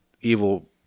evil